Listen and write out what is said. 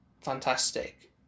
fantastic